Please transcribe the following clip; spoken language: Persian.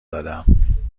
دادم